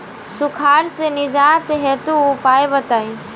सुखार से निजात हेतु उपाय बताई?